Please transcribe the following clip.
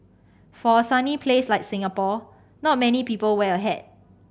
for a sunny place like Singapore not many people wear a hat